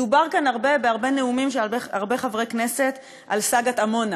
דובר כאן הרבה בהרבה נאומים של הרבה חברי כנסת על סאגת עמונה